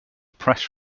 press